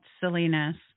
silliness